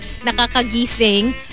Nakakagising